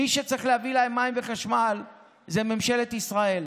מי שצריך להביא להם מים וחשמל זה ממשלת ישראל.